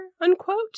unquote